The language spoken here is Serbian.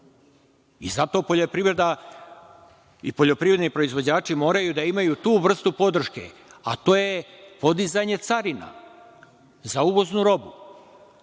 Zato poljoprivreda i poljoprivredni proizvođači moraju da imaju tu vrstu podrške, a to je podizanje carina za uvoznu